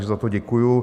Za to děkuji.